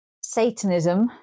Satanism